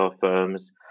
firms